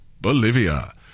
Bolivia